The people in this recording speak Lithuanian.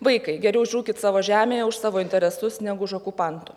vaikai geriau žūkit savo žemėje už savo interesus negu už okupantų